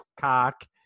cock